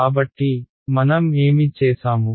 కాబట్టి మనం ఏమి చేసాము